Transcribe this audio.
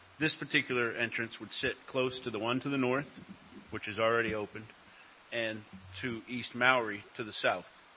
this particular entrance would sit close to the one to the north which is already opened and to east mowry to the south,